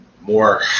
more